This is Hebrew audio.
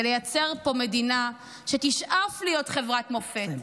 ולייצר פה מדינה שתשאף להיות חברת מופת,